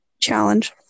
challenge